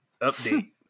update